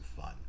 fun